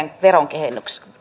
veronkevennyksiä